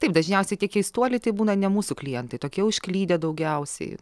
taip dažniausiai tie keistuoliai tai būna ne mūsų klientai tokie užklydę daugiausiai